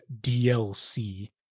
DLC